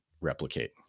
replicate